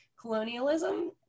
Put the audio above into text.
colonialism